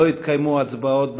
לא יתקיימו הצבעות במליאה,